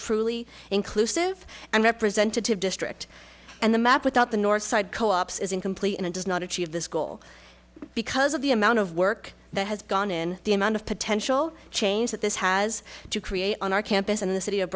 truly inclusive and representative district and the map without the north side co ops is incomplete and does not achieve this goal because of the amount of work that has gone in the amount of potential change that this has to create on our campus and the city of